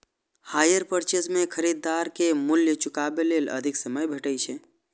hire purchase मे खरीदार कें मूल्य चुकाबै लेल अधिक समय भेटै छै